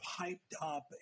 hyped-up